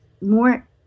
more